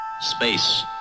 Space